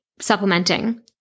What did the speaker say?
supplementing